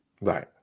right